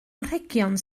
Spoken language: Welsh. anrhegion